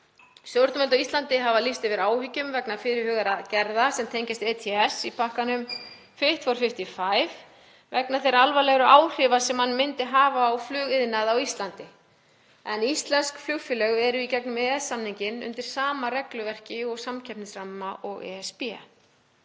Stjórnvöld á Íslandi hafa lýst yfir áhyggjum vegna fyrirhugaðra gerða sem tengjast ETS í pakkanum „Fit for 55“ vegna þeirra alvarlegu áhrifa sem hann myndi hafa á flugiðnað á Íslandi en íslensk flugfélög eru í gegnum EES-samninginn undir sama regluverki og samkeppnisramma og ESB.